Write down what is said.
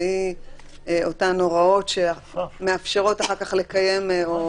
והיא אותן הוראות שמאפשרות אחר כך לקיים את